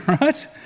right